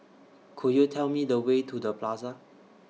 Could YOU Tell Me The Way to The Plaza